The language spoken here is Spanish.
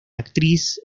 actriz